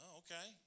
okay